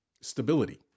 stability